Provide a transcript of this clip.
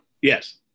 Yes